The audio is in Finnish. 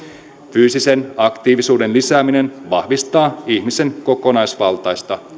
fyysisen aktiivisuuden lisääminen vahvistaa ihmisen kokonaisvaltaista